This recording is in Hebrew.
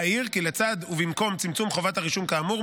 אעיר כי לצד ובמקום צמצום חובת הרישום כאמור,